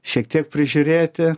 šiek tiek prižiūrėti